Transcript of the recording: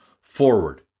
forward